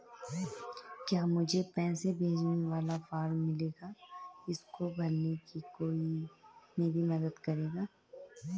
क्या मुझे पैसे भेजने वाला फॉर्म मिलेगा इसको भरने में कोई मेरी मदद करेगा?